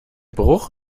bruch